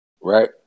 right